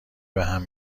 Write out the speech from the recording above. بهم